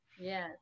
Yes